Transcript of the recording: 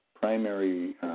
primary